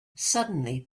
suddenly